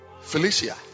Felicia